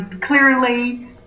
clearly